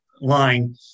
line